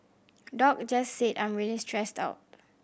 doc just said I'm really stressed out